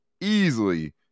easily